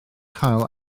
cael